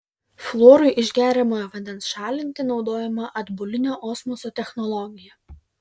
fluorui iš geriamojo vandens šalinti naudojama atbulinio osmoso technologija